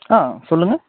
ஆ சொல்லுங்கள்